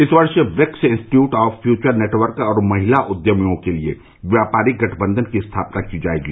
इस वर्ष व्रिक्स इन्स्टीट्यूट ऑफ फ्यूचर नेटवर्क और महिला उद्यमियों के लिए व्यापारिक गठबंधन की स्थापना की जाएगी